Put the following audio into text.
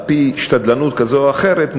על-פי שתדלנות כזו או אחרת,